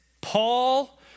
Paul